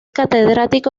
catedrático